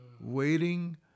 waiting